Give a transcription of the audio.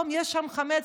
פתאום יש שם חמץ,